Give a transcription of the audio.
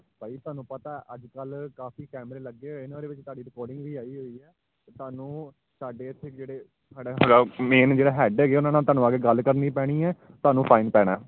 ਭਾਅ ਜੀ ਤੁਹਾਨੂੰ ਪਤਾ ਅੱਜ ਕੱਲ੍ਹ ਕਾਫ਼ੀ ਕੈਮਰੇ ਲੱਗੇ ਹੋਏ ਨੇ ਉਹਦੇ ਵਿੱਚ ਤੁਹਾਡੀ ਰਿਕਾਰਡਿੰਗ ਵੀ ਆਈ ਹੋਈ ਆ ਸਾਨੂੰ ਸਾਡੇ ਇੱਥੇ ਜਿਹੜੇ ਸਾਡਾ ਹੈਗਾ ਮੇਨ ਜਿਹੜਾ ਹੈਡ ਹੈਗੇ ਆ ਉਹਨਾਂ ਨਾਲ ਤੁਹਾਨੂੰ ਆ ਕੇ ਗੱਲ ਕਰਨੀ ਪੈਣੀ ਹੈ ਤੁਹਾਨੂੰ ਫਾਈਨ ਪੈਣਾ